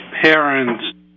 parents